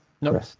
No